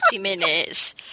minutes